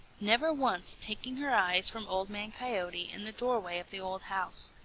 never once taking her eyes from old man coyote and the doorway of the old house.